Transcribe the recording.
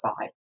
five